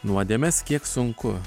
nuodėmes kiek sunku